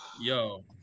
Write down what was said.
yo